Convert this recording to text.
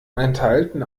enthalten